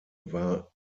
war